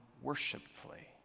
worshipfully